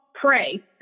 pray